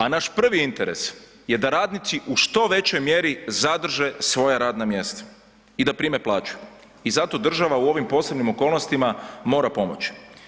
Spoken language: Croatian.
A naš prvi interes je da radnici u što većoj mjeri zadrže svoja radna mjesta i da prime plaću i zato država u ovim posebnim okolnostima mora pomoći.